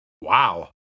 Wow